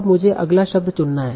अब मुझे अगला शब्द चुनना है